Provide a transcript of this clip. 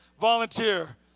volunteer